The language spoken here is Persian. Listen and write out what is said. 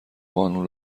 قانون